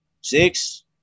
six